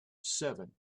seven